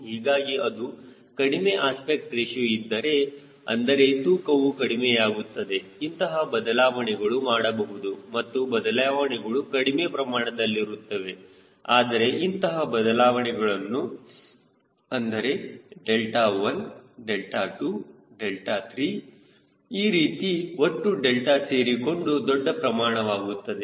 ಹೀಗಾಗಿ ಅದು ಕಡಿಮೆ ಅಸ್ಪೆಕ್ಟ್ ರೇಶಿಯೋ ಇದ್ದರೆ ಅಂದರೆ ತೂಕವು ಕಡಿಮೆಯಾಗುತ್ತದೆ ಇಂತಹ ಬದಲಾವಣೆಗಳು ಮಾಡಬಹುದು ಮತ್ತು ಬದಲಾವಣೆಗಳು ಕಡಿಮೆ ಪ್ರಮಾಣದಲ್ಲಿರುತ್ತವೆ ಆದರೆ ಇಂತಹ ಬದಲಾವಣೆಗಳನ್ನು ಅಂದರೆ ಡೆಲ್ಟಾ1 ಡೆಲ್ಟಾ2 ಡೆಲ್ಟಾ3 ಈ ರೀತಿ ಒಟ್ಟು ಡೆಲ್ಟಾ ಸೇರಿಕೊಂಡು ದೊಡ್ಡ ಪ್ರಮಾಣವಾಗುತ್ತದೆ